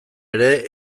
ere